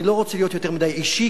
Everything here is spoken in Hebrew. אני לא רוצה להיות יותר מדי אישי,